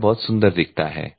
यह बहुत सुंदर दिखता है